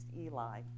Eli